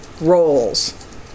roles